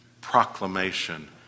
Proclamation